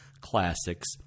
classics